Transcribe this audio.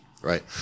Right